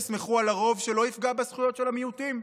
תסמכו על הרוב שלא יפגע בזכויות של המיעוטים?